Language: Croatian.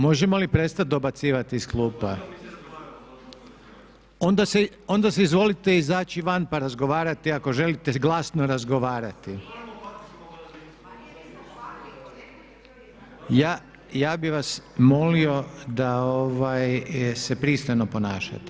Možemo li prestati dobacivati iz klupa? … [[Upadica se ne čuje.]] Onda izvolite izaći van pa razgovarajte ako želite glasno razgovarati. … [[Upadica se ne čuje.]] Ja bih vas molio da se pristojno ponašate.